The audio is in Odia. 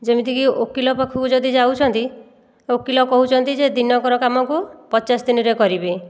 ଯେମିତିକି ଓକିଲ ପାଖକୁ ଯଦି ଯାଉଛନ୍ତି ଓକିଲ କହୁଛନ୍ତି ଯେ ଦିନକର କାମକୁ ପଚାଶ ଦିନରେ କରିବେ